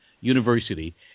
University